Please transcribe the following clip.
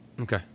Okay